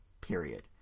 period